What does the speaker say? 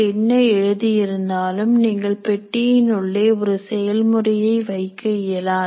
என்ன எழுதி இருந்தாலும் நீங்கள் பெட்டியின் உள்ளே ஒரு செயல்முறையை வைக்க இயலாது